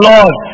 Lord